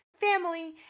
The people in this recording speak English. family